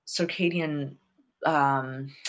circadian